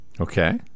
Okay